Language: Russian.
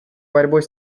борьбой